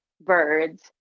birds